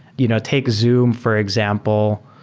you know take zoom, for example.